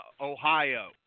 Ohio